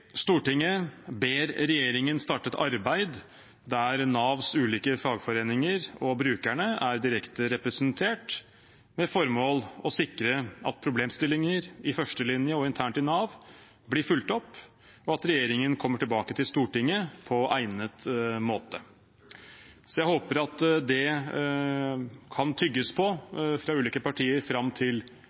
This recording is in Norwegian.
regjeringen om at det startes et arbeid der Navs ulike fagforeninger og brukerne er direkte representert, med formål å sikre at problemstillinger i førstelinje og internt i Nav blir fulgt opp, og at regjeringen kommer tilbake til Stortinget på egnet måte.» Jeg håper at det kan tygges på fra ulike partier fram til